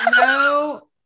no